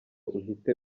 uhite